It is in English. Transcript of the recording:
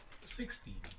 Sixteen